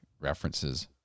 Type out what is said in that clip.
references